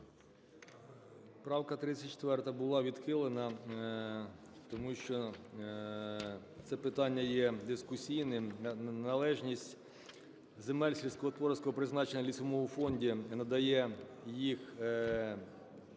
Правка 34 була відхилена, тому що це питання є дискусійним. Належність земель сільськогосподарського призначення у лісовому фонді надає їх